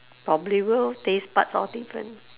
probably will tastebuds all these one